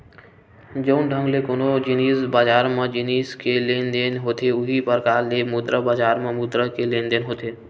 जउन ढंग ले कोनो जिनिस बजार म जिनिस के लेन देन होथे उहीं परकार ले मुद्रा बजार म मुद्रा के लेन देन होथे